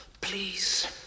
Please